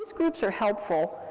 groups are helpful